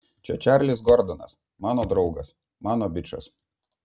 čia čarlis gordonas mano draugas mano bičas